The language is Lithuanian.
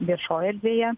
viešoj erdvėje